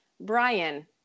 Brian